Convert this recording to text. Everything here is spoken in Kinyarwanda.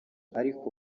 ariko